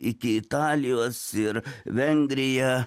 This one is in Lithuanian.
iki italijos ir vengrija